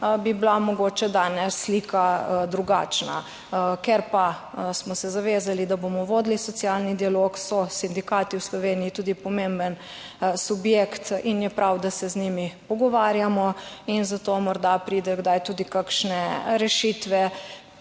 bi bila mogoče danes slika drugačna. Ker pa smo se zavezali, da bomo vodili socialni dialog, so sindikati v Sloveniji tudi pomemben subjekt in je prav, da se z njimi pogovarjamo in zato morda pridejo kdaj tudi kakšne 63.